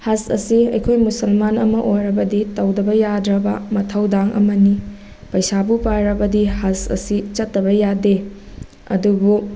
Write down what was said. ꯍꯁ ꯑꯁꯤ ꯑꯩꯈꯣꯏ ꯃꯨꯁꯜꯃꯥꯟ ꯑꯃ ꯑꯣꯏꯔꯕꯗꯤ ꯇꯧꯗꯕ ꯌꯥꯗ꯭ꯔꯕꯥ ꯃꯊꯧꯗꯥꯡ ꯑꯃꯅꯤ ꯄꯩꯁꯥꯕꯨ ꯄꯥꯏꯔꯕꯗꯤ ꯍꯁ ꯑꯁꯤ ꯆꯠꯇꯕ ꯌꯥꯗꯦ ꯑꯗꯨꯕꯨ